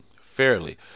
fairly